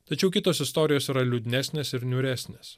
tačiau kitos istorijos yra liūdnesnės ir niūresnės